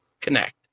connect